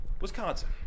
Wisconsin